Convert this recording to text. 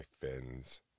fins